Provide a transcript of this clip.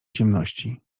ciemności